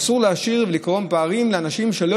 אסור להשאיר ולגרום לפערים לאנשים שלא